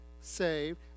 saved